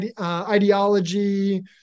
ideology